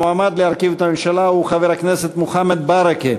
המועמד להרכיב את הממשלה הוא חבר הכנסת מוחמד ברכה.